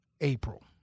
April